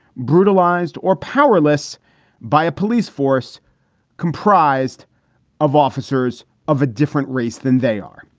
brutalized or powerless by a police force comprised of officers of a different race than they are.